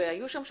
והיו שם שוטרות.